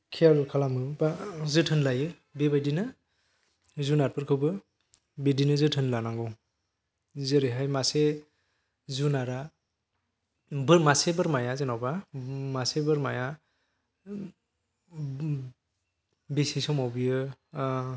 खेल खालामो बा जोथोन लायो बेबायदिनो जुनारफोरखौबो बिदिनो जोथोन लानांगौ जेरैहाय मासे जुनारा मासे बोरमाया जेनबा मासे बोरमाया बेसे समाव बियो